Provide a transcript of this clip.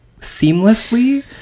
seamlessly